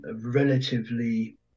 relatively